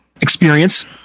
experience